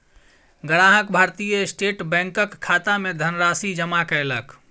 ग्राहक भारतीय स्टेट बैंकक खाता मे धनराशि जमा कयलक